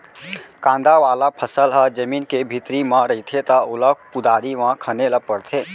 कांदा वाला फसल ह जमीन के भीतरी म रहिथे त ओला कुदारी म खने ल परथे